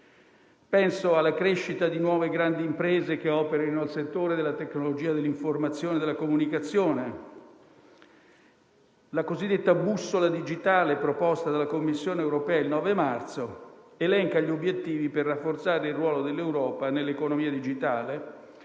Penso alla crescita di nuove grandi imprese che operano nel settore della tecnologia dell'informazione e della comunicazione. La cosiddetta bussola digitale, proposta dalla Commissione europea il 9 marzo scorso, elenca gli obiettivi per rafforzare il ruolo dell'Europa nell'economia digitale